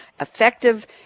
effective